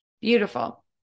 Beautiful